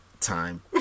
time